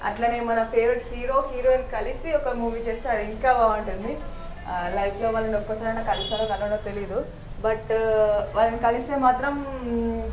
అట్లాగే మన favourite hero heroine కలిసి ఒక మూవీ చేస్తే అది ఇంకా బాగుంటుంది లైఫ్లో వాళ్ళని ఒక్కసారైనా కలుస్తానో కలవనో తెలియదు బట్ వాళ్ళని కలిస్తే మాత్రం